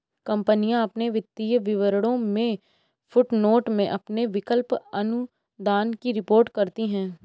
कंपनियां अपने वित्तीय विवरणों में फुटनोट में अपने विकल्प अनुदान की रिपोर्ट करती हैं